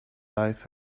life